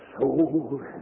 soul